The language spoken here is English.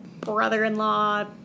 brother-in-law